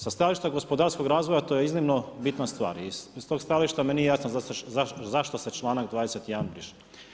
Sa stajališta gospodarskog razvoja to je iznimno bitna stvar i s tog stajališta meni nije jasno zašto se članak 21 briše.